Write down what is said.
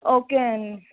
okay అండి